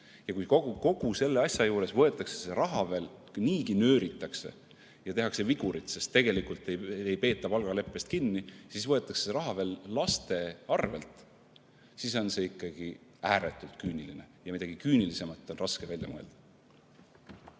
Kui kogu selle asja juures, kus niigi nööritakse ja tehakse vigurit, sest tegelikult ei peeta palgaleppest kinni, võetakse see raha veel laste arvel, siis on see ikkagi ääretult küüniline. Midagi küünilisemat on raske välja mõelda.